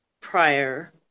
prior